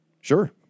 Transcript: Sure